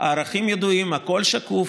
הערכים ידועים, הכול שקוף.